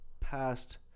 past